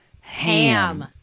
Ham